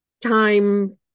time